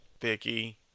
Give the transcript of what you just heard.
Vicky